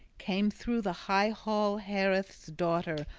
came through the high hall haereth's daughter,